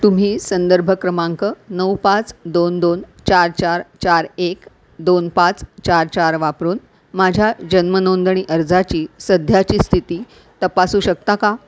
तुम्ही संदर्भ क्रमांक नऊ पाच दोन दोन चार चार चार एक दोन पाच चार चार वापरून माझ्या जन्म नोंदणी अर्जाची सध्याची स्थिती तपासू शकता का